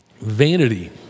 Vanity